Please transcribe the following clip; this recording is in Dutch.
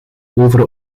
over